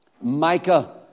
Micah